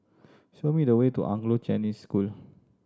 show me the way to Anglo Chinese School